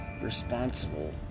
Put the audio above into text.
responsible